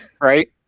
right